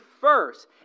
first